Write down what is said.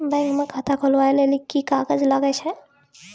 Bank म खाता खोलवाय लेली की की कागज लागै छै?